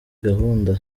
gahunda